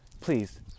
Please